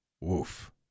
woof